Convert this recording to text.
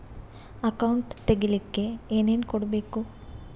Account ತೆಗಿಲಿಕ್ಕೆ ಏನೇನು ಕೊಡಬೇಕು?